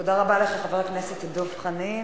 תודה רבה לך, חבר הכנסת דב חנין.